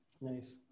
Nice